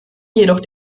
jedoch